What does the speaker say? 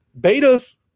beta's